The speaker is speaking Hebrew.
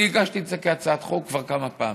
אני הגשתי את זה כהצעת חוק כבר כמה פעמים.